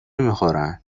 میخورن